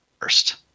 first